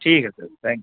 ٹھیک ہے sir thank